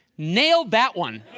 nailed that one.